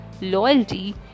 loyalty